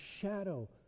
shadow